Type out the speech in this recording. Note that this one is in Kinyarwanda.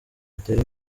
butere